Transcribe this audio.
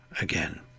again